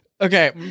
Okay